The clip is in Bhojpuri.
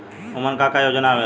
उमन का का योजना आवेला?